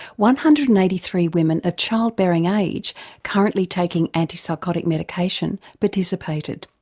one hundred and eighty-three women of childbearing age currently taking antipsychotic medication participated.